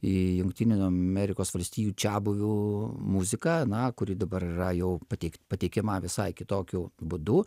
į jungtinių amerikos valstijų čiabuvių muzika na kuri dabar yra jau pateik pateikiama visai kitokiu būdu